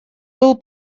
был